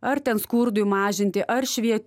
ar ten skurdui mažinti ar švie